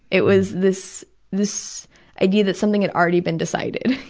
it was this this idea that something had already been decided.